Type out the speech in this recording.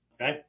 okay